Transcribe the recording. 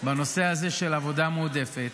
בנושא הזה של עבודה מועדפת,